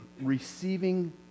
receiving